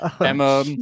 Emma